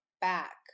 back